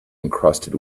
encrusted